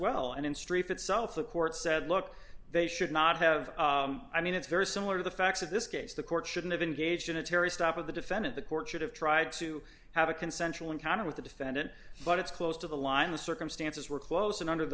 well and in st itself the court said look they should not have i mean it's very similar to the facts of this case the court shouldn't have engaged in a terry stop with the defendant the court should have tried to have a consensual encounter with the defendant but it's close to the line the circumstances were close and under